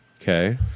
okay